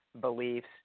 beliefs